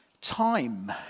Time